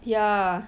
ya